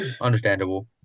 Understandable